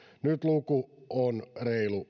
nyt luku on reilu